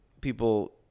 people